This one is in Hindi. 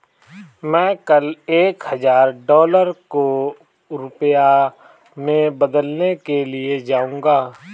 मैं कल एक हजार डॉलर को रुपया में बदलने के लिए जाऊंगा